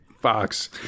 Fox